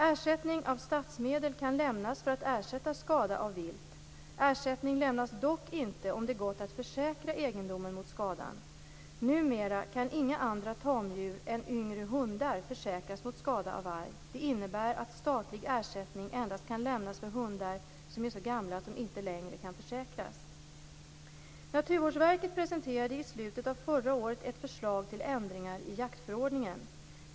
Ersättning av statsmedel kan lämnas för att ersätta skada av vilt. Ersättning lämnas dock inte om det gått att försäkra egendomen mot skadan. Numera kan inga andra tamdjur än yngre hundar försäkras mot skada av varg. Det innebär att statlig ersättning endast kan lämnas för hundar som är så gamla att de inte längre kan försäkras. Naturvårdsverket presenterade i slutet av förra året ett förslag till ändringar i jaktförordningen.